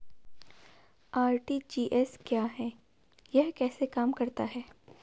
RTGS क्या है यह कैसे काम करता है?